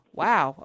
wow